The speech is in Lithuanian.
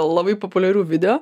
labai populiarių video